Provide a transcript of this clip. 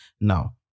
Now